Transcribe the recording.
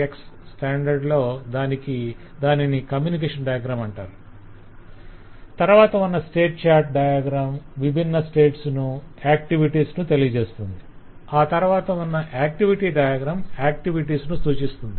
x standard లో దానిని communication diagram అంటారు తరవాత ఉన్న స్టేట్ చార్ట్ డయాగ్రం విభిన్న స్టేట్స్ ను ఆక్టివిటీస్ ను తెలియజేస్తుంది ఆ తరవాత ఉన్న యాక్టివిటీ డయాగ్రం ఆక్టివిటీస్ ను సూచిస్తుంది